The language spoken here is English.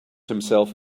himself